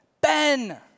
Ben